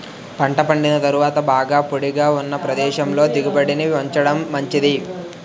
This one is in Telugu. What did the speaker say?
పంట పండిన తరువాత బాగా పొడిగా ఉన్న ప్రదేశంలో దిగుబడిని ఉంచడం మంచిది